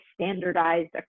standardized